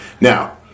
Now